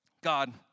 God